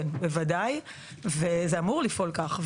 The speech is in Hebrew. כן, בוודאי, זה אמור לפעול כך.